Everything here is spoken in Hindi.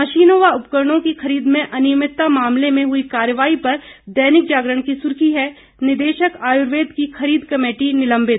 मशीनों व उपकरणों की खरीद में अनियमितता मामले में हुई कार्यवाही पर दैनिक जागरण की सुर्खी है निदेशक आयर्वेद की खरीद कमेटी निलंबित